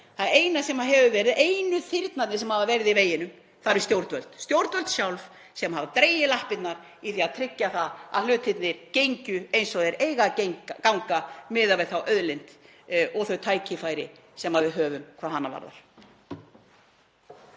Það eina sem hefur verið, einu þyrnarnir sem hafa verið í veginum eru í stjórnvöld sjálf sem hafa dregið lappirnar í því að tryggja það að hlutirnir gangi eins og þeir eiga ganga miðað við þá auðlind og þau tækifæri sem við höfum hvað hana varðar.